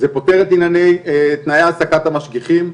זה פותר את תנאי העסקת המשגיחים,